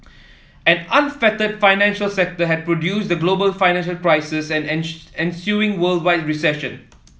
an unfettered financial sector had produced the global financial crisis and ensuing worldwide recession